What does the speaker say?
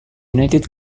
united